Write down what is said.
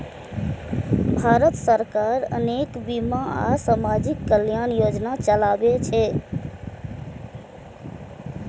भारत सरकार अनेक बीमा आ सामाजिक कल्याण योजना चलाबै छै